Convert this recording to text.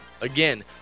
Again